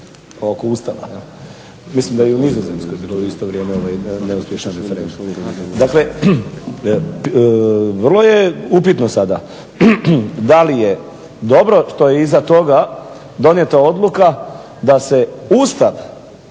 oko Ustava, mislim da je i u Nizozemskoj bilo u isto vrijeme neuspješan referendum. Dakle, vrlo je upitno sada da li je dobro što je iza toga donijeta odluka da se Ustav